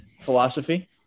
philosophy